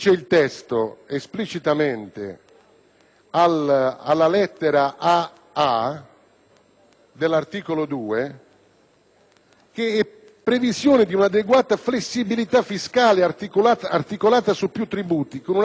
*aa)* previsione di una adeguata flessibilità fiscale articolata su più tributi con una base imponibile stabile e distribuita in modo tendenzialmente uniforme sul territorio nazionale, tale da consentire a tutte le regioni ed enti locali,